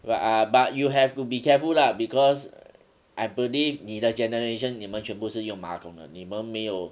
but ah but you have to be careful lah because I believe 你的 generation 你们全部是用马桶的你们没有